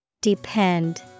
Depend